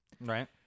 Right